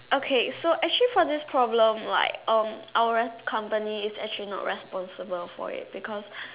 okay so actually for this problem like um our re~ company is actually not responsible for it because